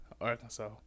Arkansas